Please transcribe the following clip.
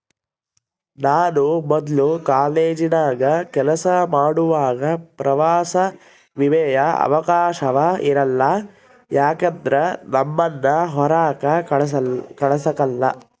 ನಾನು ಮೊದ್ಲು ಕಾಲೇಜಿನಾಗ ಕೆಲಸ ಮಾಡುವಾಗ ಪ್ರವಾಸ ವಿಮೆಯ ಅವಕಾಶವ ಇರಲಿಲ್ಲ ಯಾಕಂದ್ರ ನಮ್ಮುನ್ನ ಹೊರಾಕ ಕಳಸಕಲ್ಲ